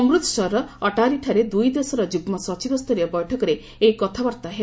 ଅମ୍ବତସରର ଅଟାରିଠାରେ ଦୁଇ ଦେଶର ଯୁଗ୍ମ ସଚିବସ୍ତରୀୟ ବୈଠରେ ଏହି କଥାବାର୍ତ୍ତା ହେବ